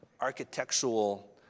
architectural